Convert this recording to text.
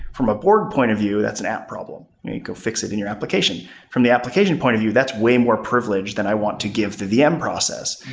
from a borg point of view, that's an app problem. you go fix it in your application. from the application point of view, that's way more privileged than i want to give the vm process,